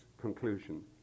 conclusion